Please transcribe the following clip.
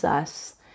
us